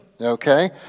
Okay